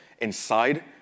inside